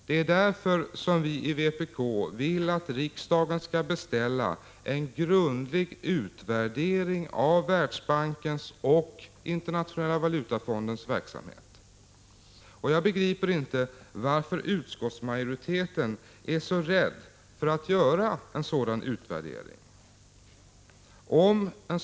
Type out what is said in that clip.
Det är därför vi i vpk vill att riksdagen skall beställa en grundlig utvärdering av Världsbankens och Internationella valutafondens verksamhet. Jag begriper inte varför utskottsmajoriteten är så rädd för att göra en sådan utvärdering.